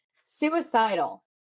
suicidal